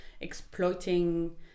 exploiting